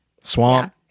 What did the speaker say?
swamp